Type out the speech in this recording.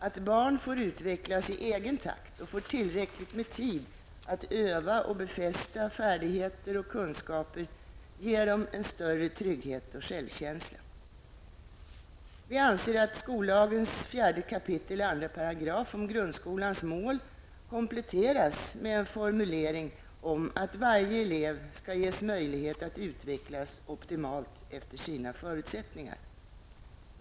Att barn får utvecklas i egen takt och får tillräckligt med tid att öva och befästa färdigheter och kunskaper ger dem en större trygghet och självkänsla. Vi anser att skollagens 4 kap. 2 § om grundskolans mål bör kompletteras med en formulering om att varje elev skall ges möjlighet att utvecklas optimalt efter sina förutsättningar.